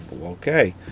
Okay